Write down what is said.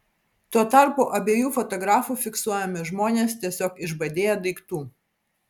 tuo tarpu abiejų fotografų fiksuojami žmonės tiesiog išbadėję daiktų